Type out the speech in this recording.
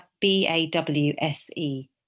B-A-W-S-E